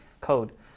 code